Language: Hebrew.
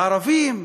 והערבים?